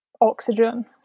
oxygen